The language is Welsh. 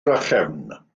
drachefn